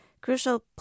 Crucial